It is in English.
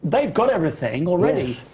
they've got everything already.